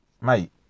Mate